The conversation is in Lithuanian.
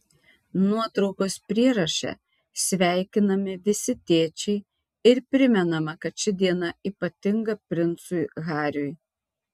nuotraukos prieraše sveikinami visi tėčiai ir primenama kad ši diena ypatinga princui hariui